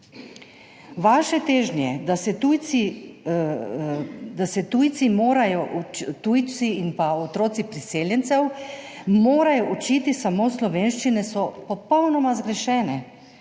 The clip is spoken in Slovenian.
Vaše težnje, da se tujci in otroci priseljencev morajo učiti samo slovenščino, so popolnoma zgrešene,